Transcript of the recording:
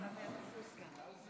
צביקה, קח זמן, קח זמן.